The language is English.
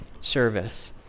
service